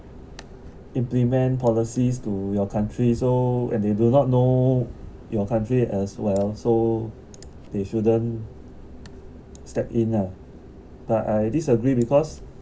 implement policies to your country so and they do not know your country as well so they shouldn't step in ah but I disagree because